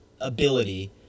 ability